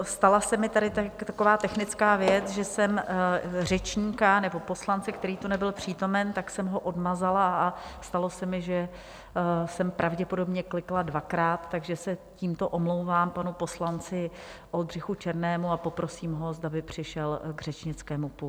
Stala se mi tady taková technická věc, že jsem řečníka nebo poslance, který tu nebyl přítomen, tak jsem ho odmazala, a stalo se mi, že jsem pravděpodobně klikla dvakrát, takže se tímto omlouvám panu poslanci Oldřichu Černému a poprosím ho, zda by přišel k řečnickému pultu.